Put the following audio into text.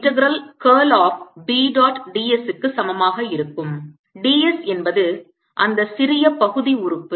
இது integral curl of B dot ds க்கு சமமாக இருக்கும் ds என்பது அந்த சிறிய பகுதி உறுப்பு